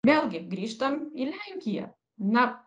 vėlgi grįžtam į lenkiją na